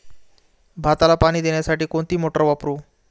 भाताला पाणी देण्यासाठी कोणती मोटार वापरू?